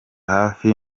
hafi